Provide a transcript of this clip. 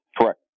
Correct